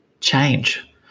change